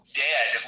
dead